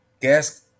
gas